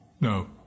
No